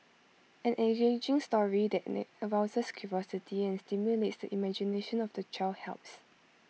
an engaging story that arouses curiosity and stimulates the imagination of the child helps